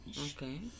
Okay